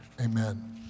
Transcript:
amen